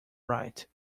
right